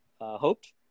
hoped